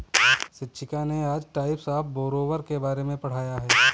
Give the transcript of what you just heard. शिक्षिका ने आज टाइप्स ऑफ़ बोरोवर के बारे में पढ़ाया है